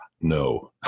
No